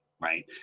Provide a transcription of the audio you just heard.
right